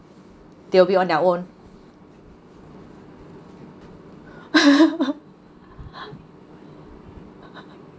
they will be on their own